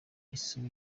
isuri